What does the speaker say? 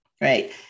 right